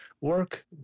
work